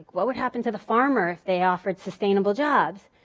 what would happen to the farmer if they offered sustainable jobs?